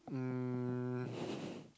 um